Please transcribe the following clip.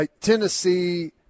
Tennessee